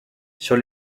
sur